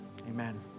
amen